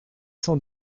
cent